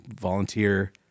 volunteer